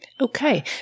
Okay